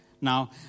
Now